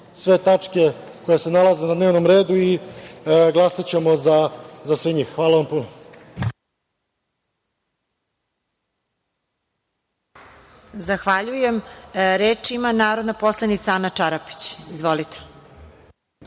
sve tačke koje se nalaze na dnevnom redu i glasaćemo za sve njih. Hvala vam puno. **Marija Jevđić** Zahvaljujem. Reč ima narodna poslanica Ana Čarapić. Izvolite.